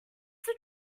draw